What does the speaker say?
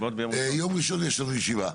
ביום ראשון יש לנו ישיבה.